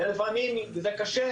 ולפעמים זה קשה.